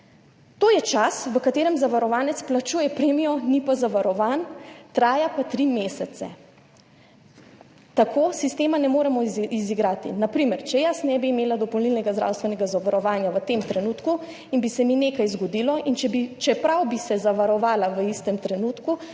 To je čas, v katerem zavarovanec plačuje premijo, ni pa zavarovan, traja pa tri mesece. Tako sistema ne moremo izigrati. Na primer, če jaz ne bi imela dopolnilnega zdravstvenega zavarovanja v tem trenutku in bi se mi nekaj zgodilo in čeprav bi se zavarovala v istem trenutku,